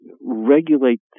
regulate